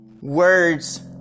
words